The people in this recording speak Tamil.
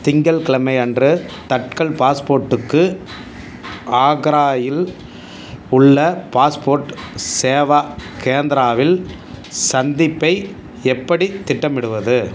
திங்கள் கிழமை அன்று தட்கல் பாஸ்போர்ட்டுக்கு ஆக்ராவில் உள்ள பாஸ்போர்ட் சேவா கேந்திராவில் சந்திப்பை எப்படி திட்டமிடுவது